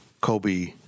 Kobe